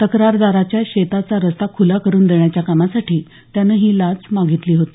तक्रारदाराच्या शेताचा रस्ता खुला करून देण्याच्या कामासाठी त्यानं ही लाच मागितली होती